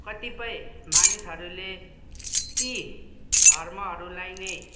कतिपय मानिसहरूले ती धर्महरूलाई नै